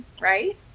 right